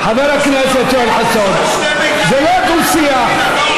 חבר הכנסת יואל חסון, זה לא דו-שיח.